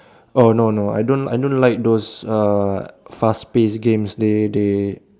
oh no no I don't I don't like those uh fast paced games they they